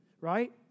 Right